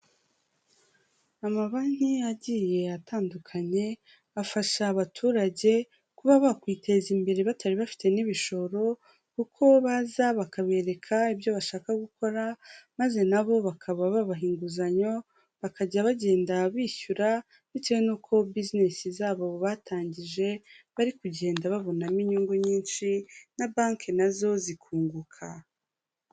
Amabanki agiye atandukanye afasha abaturage kuba bakwiteza imbere batari bafite n'ibishoro, kuko baza bakabereka ibyo bashaka gukora, maze nabo bakaba babaha inguzanyo, bakajya bagenda bishyura bitewe n'uko bizinesi zabo batangije bari kugenda babonamo inyungu nyinshi na banki na zo zikunguka.